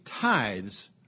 tithes